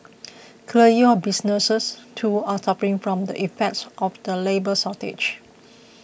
clearly your businesses too are suffering from the effects of the labour shortage